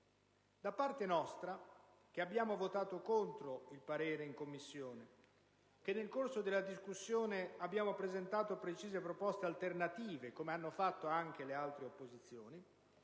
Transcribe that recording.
Da parte nostra, che abbiamo votato contro il parere in Commissione, che nel corso della discussione abbiamo presentato precise proposte alternative come hanno fatto anche le altre opposizioni,